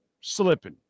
slipping